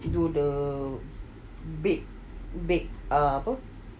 to do the bake bake uh apa